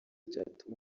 cyatuma